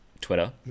Twitter